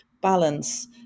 balance